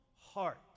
heart